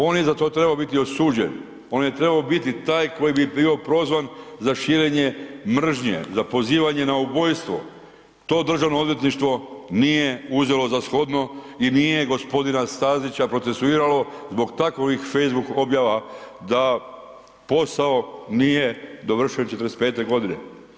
On je za to trebao biti osuđen, on je trebao biti taj koji bi bio prozvan za širenje mržnje, za pozivanje na ubojstvo, to državno odvjetništvo nije uzelo za shodno i nije gospodina Stazića procesuiralo zbog takvih facebook objava da posao nije dovršen '45. godine.